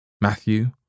Matthew